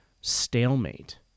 stalemate